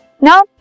Now